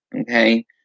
Okay